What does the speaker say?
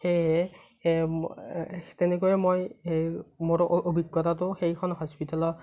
সেয়েহে তেনেকৈয়ে মই মোৰ অভিজ্ঞতাটো সেইখন হস্পিতেলত